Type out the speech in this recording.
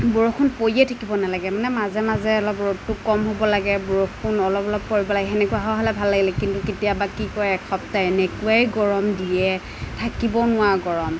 বৰষুণ পৰিয়ে থাকিব নালাগে মানে মাজে মাজে অলপ ৰ'দটো কম হ'ব লাগে বৰষুণ অলপ অলপ পৰিব লাগে সেনেকুৱা হোৱা হ'লে ভাল লাগে কিন্তু কেতিয়াবা কি কৰে এসপ্তাহ এনেকুৱাই গৰম দিয়ে থাকিব নোৱাৰা গৰম